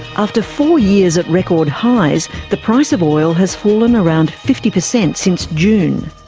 after four years at record highs, the price of oil has fallen around fifty percent since june.